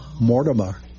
Mortimer